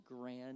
grand